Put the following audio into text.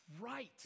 right